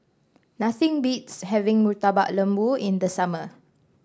nothing beats having Murtabak Lembu in the summer